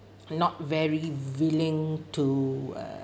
not very willing to uh